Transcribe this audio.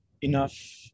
enough